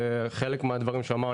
חלק מהדברים שהוא אמר,